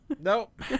Nope